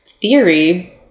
theory